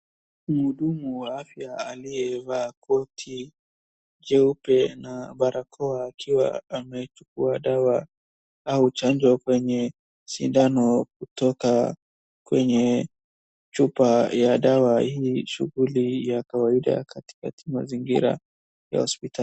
Mhudumu wa afya aliyevaa koti jeupe na barakoa akiwa amechukua dawa au chanjo kwenye sindano kutoka kwenye chupa ya dawa. Hii shughuli ya kawaida katikati mazingira ya hospitali.